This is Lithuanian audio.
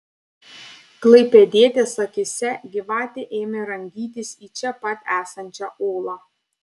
klaipėdietės akyse gyvatė ėmė rangytis į čia pat esančią olą